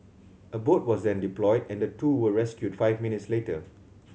a boat was then deployed and the two were rescued five minutes later